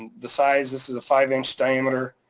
and the size, this is a five inch diameter